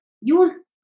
Use